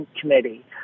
Committee